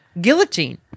Guillotine